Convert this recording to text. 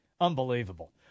Unbelievable